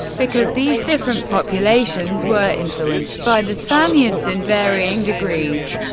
because these different populations were influenced by the spaniards in varying degrees.